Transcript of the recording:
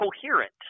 coherent